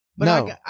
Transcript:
No